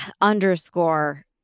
underscore